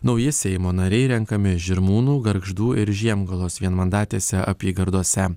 nauji seimo nariai renkami žirmūnų gargždų ir žiemgalos vienmandatėse apygardose